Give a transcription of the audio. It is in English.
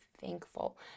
thankful